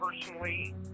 personally